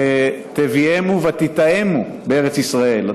"תביאמו ותטעמו" בארץ ישראל,